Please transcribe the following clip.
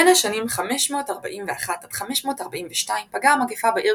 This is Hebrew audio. בין השנים 541–542 פגעה המגפה בעיר